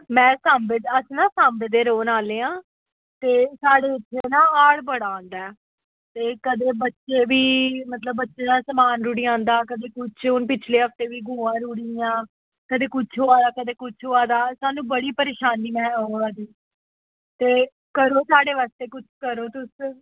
में सांबा अस ना सांबा दे रौह्न आह्ले आं ते साढ़े इत्थें ना हाड़ बड़ा आंदा ऐ कदें बच्चे बी मतलब बच्चें दा समान रुढ़ी जंदा कदें कुछ हून पिछले हफ्ते बी गवां रुढी गेइयां कदें कुछ होआ दा कदें कुछ होआ दा स्हानू बड़ी परेशानी ऐ आवा दी करो कुछ साढ़े बास्तै करो कुछ